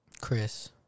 Chris